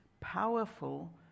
powerful